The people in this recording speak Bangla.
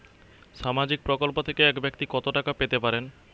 সামাজিক প্রকল্প থেকে এক ব্যাক্তি কত টাকা পেতে পারেন?